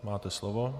Máte slovo.